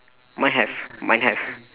mine have mine have